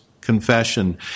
confession